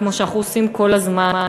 כמו שאנחנו עושים כל הזמן,